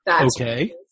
Okay